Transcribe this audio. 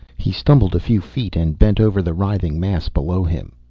he stumbled a few feet and bent over the writhing mass below him.